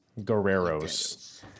Guerreros